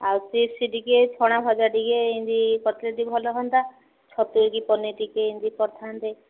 ଆଉ ଚିପ୍ସ ଟିକେ ଛଣା ଭଜା ଟିକେ ଏମିତି କରିଥିଲେ ଟିକେ ଭଲ ହୁଅନ୍ତା ଛତୁୁ ଟିକେ ପନିର ଟିକେ ଏମିତି କରିଥାନ୍ତେ